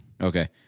Okay